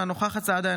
אינה נוכחת משה סעדה,